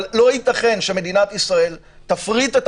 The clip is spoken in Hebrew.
אבל לא ייתכן שמדינת ישראל תפריט את